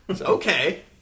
okay